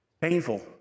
Painful